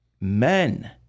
Men